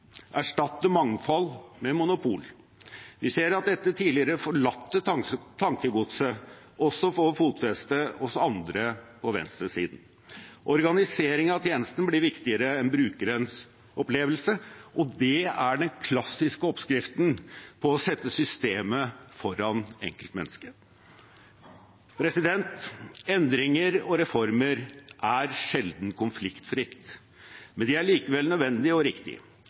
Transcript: erstatte mangfold med monopol. Vi ser at dette tidligere forlatte tankegodset også får fotfeste hos andre på venstresiden. Organisering av tjenesten blir viktigere enn brukerens opplevelse, og det er den klassiske oppskriften på å sette systemet foran enkeltmennesket. Endringer og reformer skjer sjelden konfliktfritt, men de er likevel nødvendige og